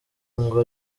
ngo